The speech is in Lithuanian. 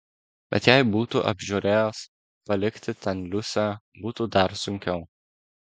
bet jei būtų apžiūrėjęs palikti ten liusę būtų dar sunkiau